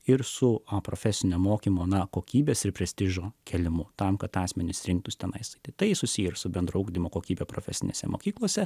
ir su o profesinio mokymo na kokybės ir prestižo kėlimu tam kad asmenys rinktųsi tą maistą tai susiję su bendru ugdymo kokybę profesinėse mokyklose